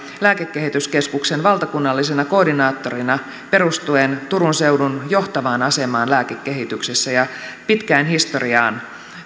lääkekehityskeskuksen valtakunnallisena koordinaattorina perustuen turun seudun johtavaan asemaan lääkekehityksessä ja pitkään historiaan